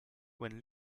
when